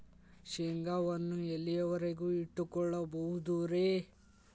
ಶೇಂಗಾವನ್ನು ಎಲ್ಲಿಯವರೆಗೂ ಇಟ್ಟು ಕೊಳ್ಳಬಹುದು ರೇ?